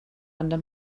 under